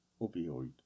opioid